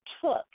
took